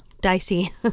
dicey